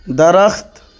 درخت